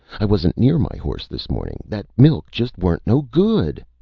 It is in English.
i wuzn't near my horse this morning. that milk just weren't no good.